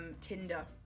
Tinder